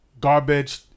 garbage